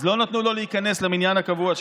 אז לא נתנו לו להיכנס למניין הקבוע שלו.